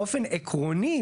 באופן עקרוני,